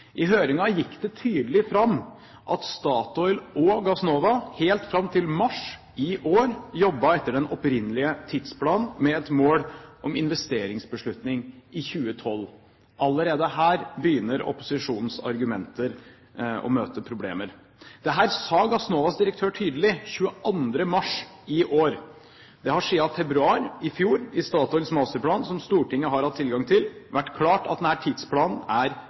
I høringen gikk det tydelig fram at Statoil og Gassnova helt fram til mars i år jobbet etter den opprinnelige tidsplanen, med et mål om investeringsbeslutning i 2012. Allerede her begynner opposisjonens argumenter å møte problemer. Dette sa Gassnovas direktør tydelig den 22. mars i år. Det har siden februar i fjor, i Statoils masterplan som Stortinget har hatt tilgang til, vært klart at denne tidsplanen er